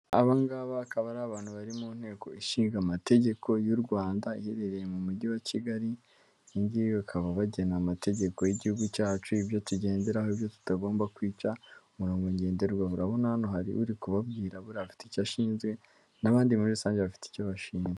Aba ngaba akaba ari abantu bari mu nteko ishinga amategeko y'u Rwanda iherereye mu mujyi wa Kigali, ibi ngibi bakaba bagena amategeko y'igihugu cyacu, ibyo tugenderaho, ibyo tutagomba kwica, umurongo ngenderwaho. Urabona hano hari uri kubabwira buriya afite icyo ashinzwe n'abandi muri rusange bafite icyo bashinzwe.